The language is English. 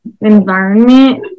environment